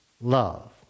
love